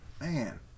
Man